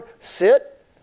sit